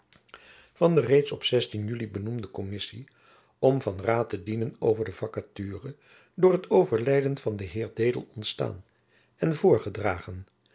van de reeds op uly benoemde kommissie om van raad te dienen over de vakature door het overlijden van den heer dedel ontstaan en voorgedragen